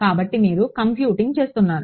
కాబట్టి మీరు కంప్యూటింగ్ చేస్తున్నారు